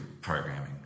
programming